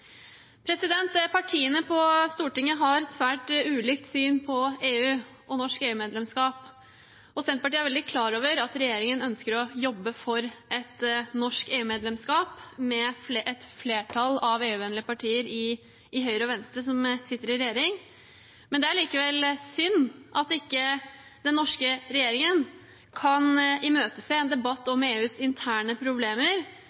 Partiene på Stortinget har svært ulikt syn på EU og norsk EU-medlemskap. Senterpartiet er veldig klar over at regjeringen ønsker å jobbe for et norsk EU-medlemskap, med et flertall av EU-vennlige partier, Høyre og Venstre, som sitter i regjering, men det er likevel synd at ikke den norske regjeringen kan imøtese en debatt